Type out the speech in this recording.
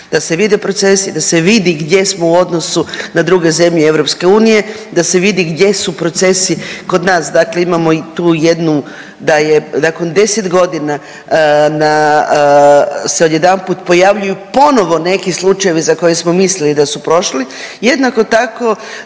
Da se vide procesi, da se vidi gdje smo u odnosu na druge zemlje EU, da se vidi gdje su procesi kod nas dakle imamo tu jednu da je nakon 10 godina se odjedanput pojavljuju ponovo neki slučajevi za koje smo mislili da su prošli. Jednako tako